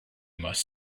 must